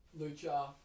Lucha